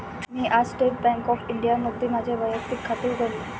मी आज State Bank of इंडियामध्ये माझे वैयक्तिक खाते उघडले